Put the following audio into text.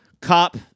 cop